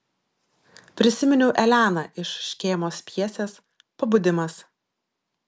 prisiminiau eleną iš škėmos pjesės pabudimas